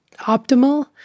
optimal